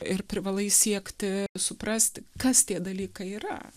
ir privalai siekti suprasti kas tie dalykai yra